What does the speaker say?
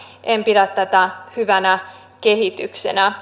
en pidä tätä hyvänä kehityksenä